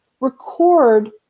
record